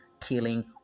killing